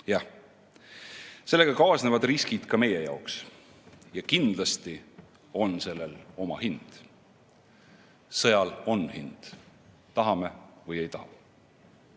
sellega kaasnevad riskid ka meie jaoks. Ja kindlasti on sellel oma hind. Sõjal on hind, tahame või ei taha.